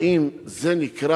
האם זה נקרא